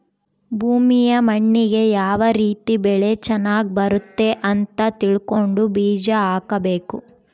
ಭೂಮಿಯ ಮಣ್ಣಿಗೆ ಯಾವ ರೀತಿ ಬೆಳೆ ಚನಗ್ ಬರುತ್ತೆ ಅಂತ ತಿಳ್ಕೊಂಡು ಬೀಜ ಹಾಕಬೇಕು